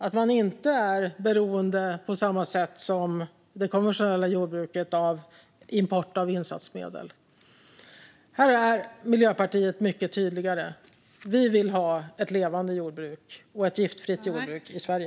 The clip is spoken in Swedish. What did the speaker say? Och man är inte, på samma sätt som det konventionella jordbruket, beroende av import av insatsmedel. Här är Miljöpartiet mycket tydligare. Vi vill ha ett levande jordbruk och ett giftfritt jordbruk i Sverige.